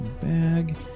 Bag